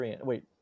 Wait